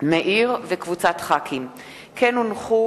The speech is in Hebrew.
לוין ואיתן כבל,